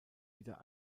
wieder